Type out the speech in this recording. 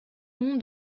nom